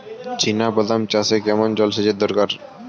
চিনাবাদাম চাষে কেমন জলসেচের দরকার?